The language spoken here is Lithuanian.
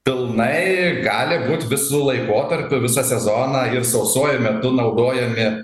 pilnai gali būti visu laikotarpiu visą sezoną ir sausuoju metu naudojomi